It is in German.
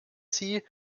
sie